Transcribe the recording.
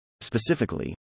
Specifically